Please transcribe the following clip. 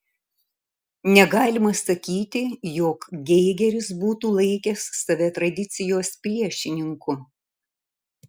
negalima sakyti jog geigeris būtų laikęs save tradicijos priešininku